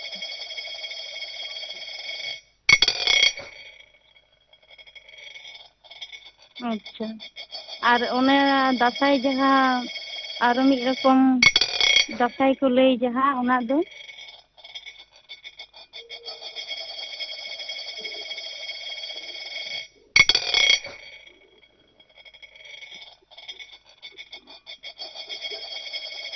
ᱟᱪᱪᱷᱟ ᱟᱨ ᱚᱱᱮ ᱫᱟᱸᱥᱟᱭ ᱡᱟᱦᱟᱸ ᱟᱨ ᱢᱤᱫ ᱨᱚᱠᱚᱢ ᱫᱟᱸᱥᱟᱭ ᱠᱚ ᱞᱟᱹᱭ ᱡᱟᱦᱟᱸ ᱚᱱᱟᱫᱚ